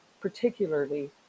particularly